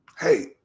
Hey